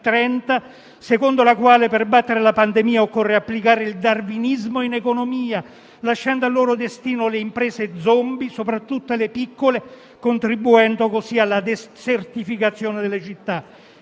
secondo la quale per battere la pandemia occorre applicare il darwinismo in economia, lasciando al loro destino le imprese *zombie*, soprattutto le piccole, contribuendo così alla desertificazione delle città.